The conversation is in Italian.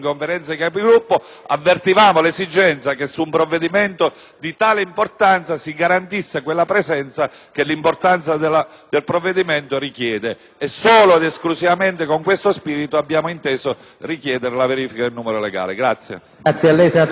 di tale importanza si garantisse quella presenza che la rilevanza dello stesso richiede. Solo ed esclusivamente con questo spirito, abbiamo inteso richiedere la verifica del numero legale.